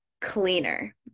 cleaner